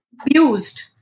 abused